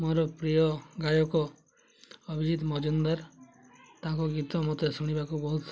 ମୋର ପ୍ରିୟ ଗାୟକ ଅଭିଜିତ ମଜୁମଦାର ତାଙ୍କ ଗୀତ ମୋତେ ଶୁଣିବାକୁ ବହୁତ